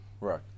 Right